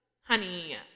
honey